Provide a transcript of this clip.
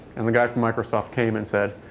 and the guy from microsoft came and said,